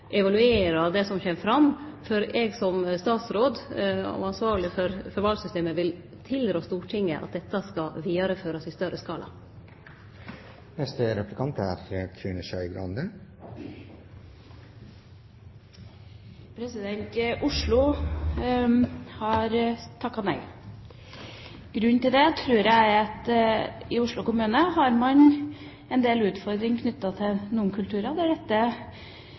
det som kjem fram, før eg som statsråd og ansvarleg for valsystemet vil tilrå Stortinget at dette skal vidareførast i større skala. Oslo har takket nei. Grunnen til det tror jeg er at i Oslo kommune har man en del utfordringer knyttet til noen kulturer der